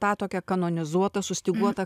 tą tokią kanonizuotą sustyguotą